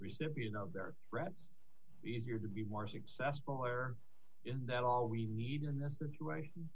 recipient of their threats easier to be more successful or in that all we need in this situation